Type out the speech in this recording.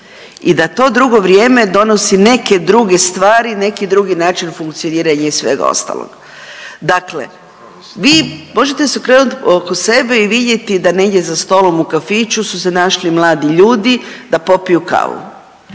i da to drugo vrijeme donosi neke druge stvari i neki drugi način funkcioniranja i svega ostalog. Dakle, vi možete se okrenut oko sebe i vidjeti da negdje za stolom u kafiću su se našli mladi ljudi da popiju kavu.